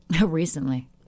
Recently